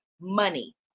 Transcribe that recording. money